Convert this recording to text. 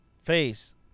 face